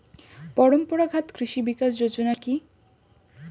পরম্পরা ঘাত কৃষি বিকাশ যোজনা কি?